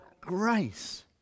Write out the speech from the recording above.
grace